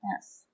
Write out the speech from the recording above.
Yes